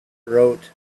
wrote